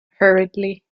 hurriedly